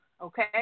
Okay